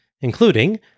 including